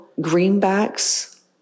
greenbacks